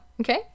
okay